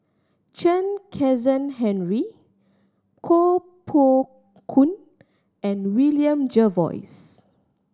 Chen Kezhan Henri Koh Poh Koon and William Jervois